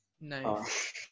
Nice